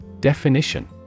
Definition